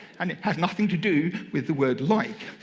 and it has nothing to do with the word like.